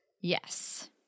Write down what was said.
Yes